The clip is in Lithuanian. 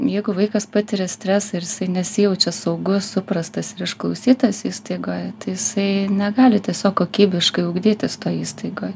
jeigu vaikas patiria stresą ir jisai nesijaučia saugus suprastas ir išklausytas įstaigoje tai jisai negali tiesiog kokybiškai ugdytis toj įstaigoj